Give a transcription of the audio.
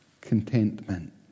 contentment